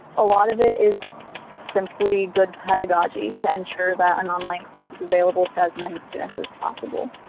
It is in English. a lot of it is simply good pedagogy to ensure that an online course is available to as many students as possible,